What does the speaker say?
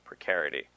precarity